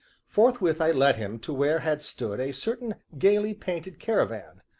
forthwith i led him to where had stood a certain gayly-painted caravan,